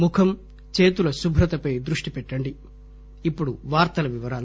ముఖం చేతుల శుభ్రతపై దృష్టి పెట్టండి ఇప్పుడు వార్తల వివరాలు